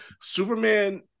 Superman